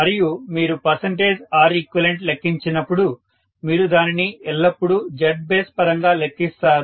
మరియు మీరు Req లెక్కించినప్పుడు మీరు దానిని ఎల్లప్పుడూ Zbase పరంగా లెక్కిస్తారు